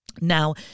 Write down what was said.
Now